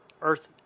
earth